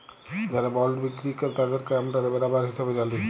যারা বল্ড বিক্কিরি কেরতাদেরকে আমরা বেরাবার হিসাবে জালি